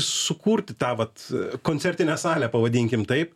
sukurti tą vat koncertinę salę pavadinkim taip